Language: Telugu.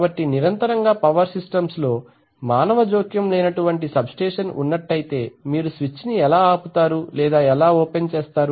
కాబట్టి నిరంతరంగా పవర్ సిస్టమ్స్ లో మానవ జోక్యం లేనటువంటి సబ్ స్టేషన్ ఉన్నట్లయితే మీరు స్విచ్ ని ఎలా అవుతారు లేదా ఓపెన్ చేస్తారు